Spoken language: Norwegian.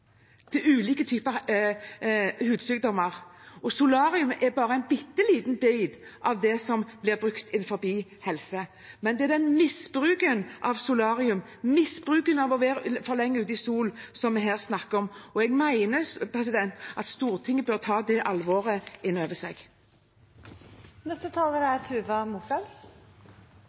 bare en bitte liten bit av det som blir brukt innenfor helse. Det er misbruken av solarium og misbruken av å være for lenge i sol vi her snakker om. Jeg mener at Stortinget bør ta det alvoret inn over seg. Jeg vil takke for debatten om saken, og jeg vil avslutte med å si at jeg er